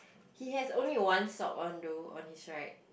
he has only one sock on though on his right